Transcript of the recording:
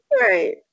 right